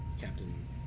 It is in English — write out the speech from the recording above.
Captain